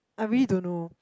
I really don't know